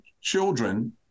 children